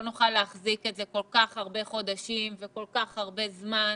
לא נוכל להחזיק את זה כל כך הרבה חודשים וכל כך הרבה זמן.